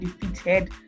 defeated